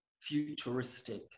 futuristic